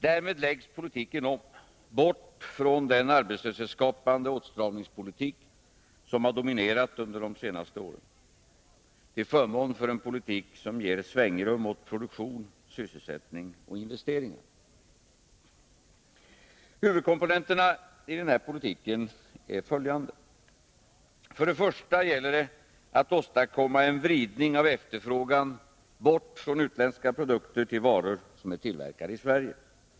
Därmed läggs politiken om, bort från den arbetslöshetsskapande åtstramningspolitik som dominerat under de senaste åren, till förmån för en politik som ger svängrum åt produktion, sysselsättning och investeringar. Huvudkomponenterna i den politiken är följande: För det första gäller det att åstadkomma en vridning av efterfrågan bort från utländska produkter till varor som är tillverkade i Sverige.